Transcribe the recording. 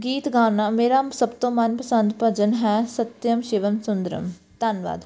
ਗੀਤ ਗਾਉਣਾ ਮੇਰਾ ਸਭ ਤੋਂ ਮਨ ਪਸੰਦ ਭਜਨ ਹੈ ਸਤਿਅਮ ਸ਼ਿਵਮ ਸੁੰਦਰਮ ਧੰਨਵਾਦ